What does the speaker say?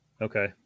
okay